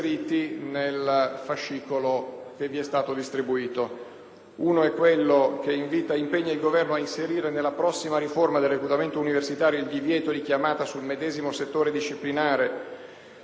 Il primo impegna il Governo ad inserire nella prossima riforma del reclutamento universitario il divieto di chiamata sul medesimo settore disciplinare di parenti entro il terzo grado, compreso il coniuge e i conviventi;